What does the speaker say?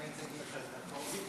אני מציג לך את החוק,